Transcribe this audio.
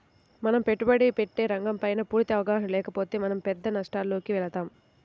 మనం పెట్టుబడి పెట్టే రంగంపైన పూర్తి అవగాహన లేకపోతే మనం పెద్ద నష్టాలలోకి వెళతాం